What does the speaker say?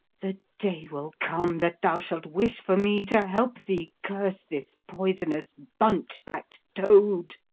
the day will come that thou shalt wish for me to help thee curse this poisonous bunch-back'd toad.